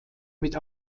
mit